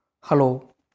Hello